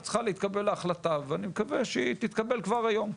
רק צריכה להתקבל ההחלטה ואני מקווה שהיא תתקבל כבר היום.